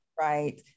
Right